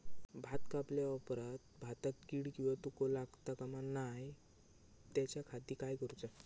भात कापल्या ऑप्रात भाताक कीड किंवा तोको लगता काम नाय त्याच्या खाती काय करुचा?